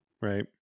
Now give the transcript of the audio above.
right